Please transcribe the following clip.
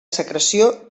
secreció